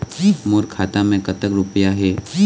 मोर खाता मैं कतक रुपया हे?